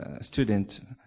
student